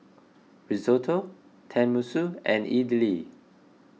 Risotto Tenmusu and Idili